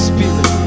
Spirit